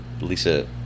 Lisa